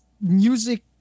music